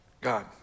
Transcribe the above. God